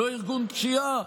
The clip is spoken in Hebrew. לא ארגון פשיעה,